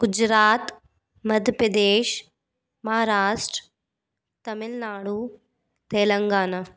Gujarat Madhya Pradesh Maharashtra Tamil Nadu Telangana